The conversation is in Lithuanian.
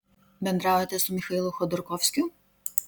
bendraujate su michailu chodorkovskiu